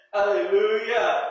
Hallelujah